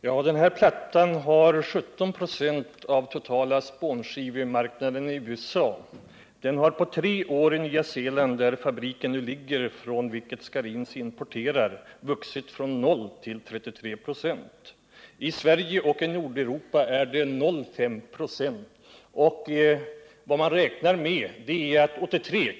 I slutet av år 1978 träffade domänverket och Mo och Domsjö AB avtal om överlåtelse av bolagets hela innehav av skogsmark inom Jönköpings, Kronobergs, Kalmar och Östergötlands län, totalt ca 13 750 ha till domänverket.